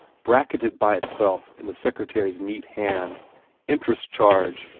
bracketed by itself in the secretary's neat hand interest charge.